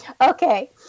Okay